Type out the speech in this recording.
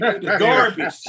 Garbage